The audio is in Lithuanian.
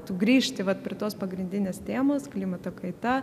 tu grįžti vat prie tos pagrindinės temos klimato kaita